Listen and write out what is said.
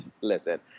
listen